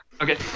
Okay